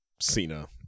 Cena